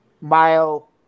mile